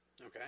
Okay